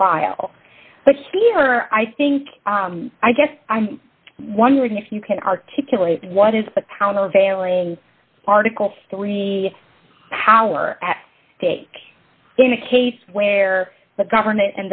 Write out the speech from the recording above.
trial but here i think i guess i'm wondering if you can articulate what is the count of availing article three power at stake in a case where the government